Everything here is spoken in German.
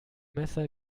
messer